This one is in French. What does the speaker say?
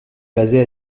basée